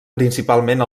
principalment